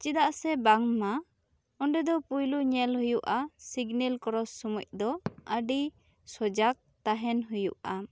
ᱪᱮᱫᱟᱜ ᱥᱮ ᱵᱟᱝᱢᱟ ᱚᱸᱰᱮ ᱫᱚ ᱯᱩᱭᱞᱳ ᱧᱮᱞ ᱦᱩᱭᱩᱜᱼᱟ ᱥᱤᱜᱽᱱᱮᱞ ᱠᱨᱚᱥ ᱥᱳᱢᱚᱭ ᱫᱚ ᱟᱹᱰᱤ ᱥᱚᱡᱟᱠ ᱛᱟᱦᱮᱸᱱ ᱦᱩᱭᱩᱜᱼᱟ